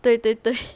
对对对